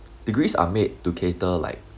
degrees are made to cater like